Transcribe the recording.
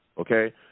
okay